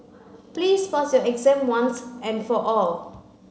please pass your exam once and for all